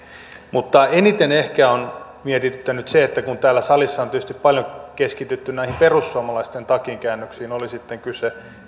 eniten ehkä on mietityttänyt se että täällä salissa on tietysti paljon keskitytty näihin perussuomalaisten takinkäännöksiin oli sitten kyse